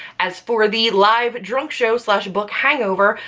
as for the live drunk show so show book hangover,